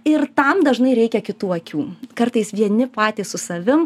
ir tam dažnai reikia kitų akių kartais vieni patys su savim